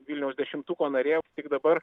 vilniaus dešimtuko narė tik dabar